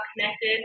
connected